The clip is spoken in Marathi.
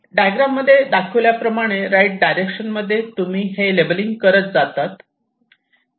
डायग्राम मध्ये दाखवल्याप्रमाणे राइट डायरेक्शन मध्ये हे तुम्ही ही लेबलिंग करत जातात